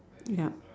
yup